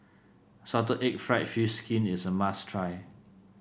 Salted Egg fried fish skin is a must try